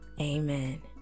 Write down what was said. amen